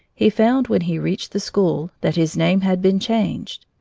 he found, when he reached the school, that his name had been changed.